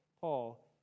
Paul